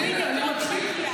אז הינה, אני מתחיל.